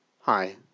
Hi